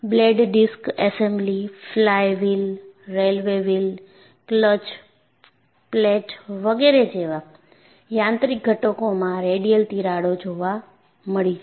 blade disc assembly fly wheel railway wheel clutch plate વગેરે જેવા યાંત્રિક ઘટકોમાં રેડિયલ તિરાડો જોવા મળી છે